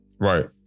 Right